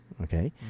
okay